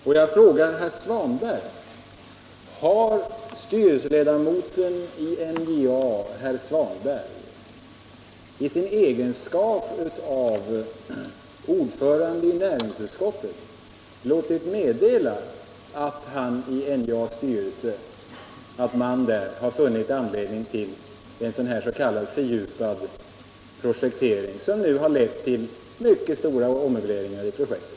Och jag frågar herr Svanberg: Har styrelseledamoten i NJA, herr Svanberg, i sin egenskap av ordförande i näringsutskottet låtit meddela att man i NJA:s styrelse har funnit anledning till en sådan här s.k. fördjupad projektering, som har iett till mycket stora ommöbleringar i projektet?